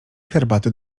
herbaty